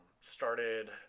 started